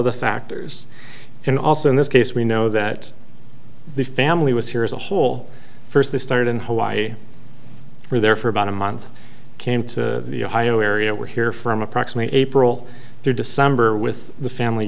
of the factors and also in this case we know that the family was here as a whole first they started in hawaii were there for about a month came to the ohio area were here from approximate april through december with the family